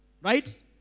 Right